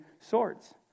swords